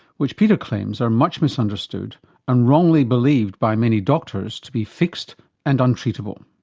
which peter claims are much misunderstood and wrongly believed by many doctors to be fixed and untreatable.